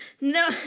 No